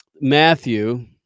Matthew